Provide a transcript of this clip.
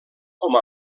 com